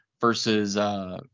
versus